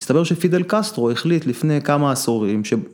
הסתבר שפידל קסטרו החליט לפני כמה עשורים ש...